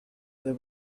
there